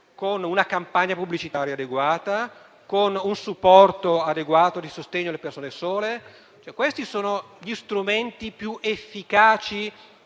con una campagna pubblicitaria adeguata, con un supporto adeguato di sostegno alle persone sole. Questi sono gli strumenti più efficaci